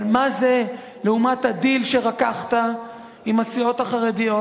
אבל מה זה לעומת הדיל שרקחת עם הסיעות החרדיות,